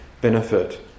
benefit